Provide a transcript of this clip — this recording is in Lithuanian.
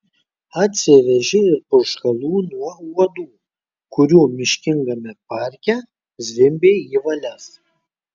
atsivežė ir purškalų nuo uodų kurių miškingame parke zvimbė į valias